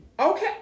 Okay